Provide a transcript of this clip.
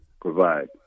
provide